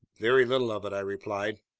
very little of it, i replied.